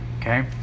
Okay